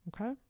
okay